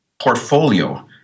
portfolio